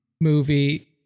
movie